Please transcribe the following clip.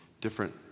different